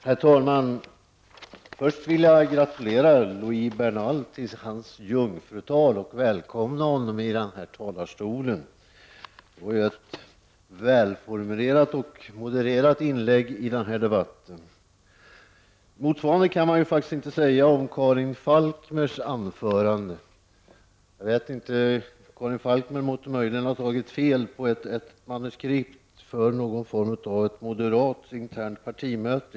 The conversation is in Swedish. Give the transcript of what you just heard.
Herr talman! Jag vill först gratulera Loui Bernal till hans jungfrutal och välkomna honom i talarstolen. Det var ett välformulerat och modererat inlägg i den här debatten. Detsamma kan man faktiskt inte säga om Karin Falkmers anförande. Karin Falkmer har möjligen tagit fel och fått ett manuskript för någon form av internt moderat partimöte.